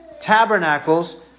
tabernacles